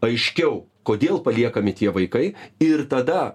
aiškiau kodėl paliekami tie vaikai ir tada